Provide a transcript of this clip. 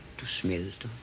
to serve